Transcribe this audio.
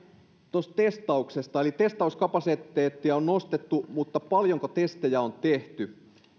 tuosta testauksesta testauskapasiteettia on nostettu mutta paljonko testejä on tehty